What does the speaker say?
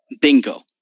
Bingo